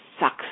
sucks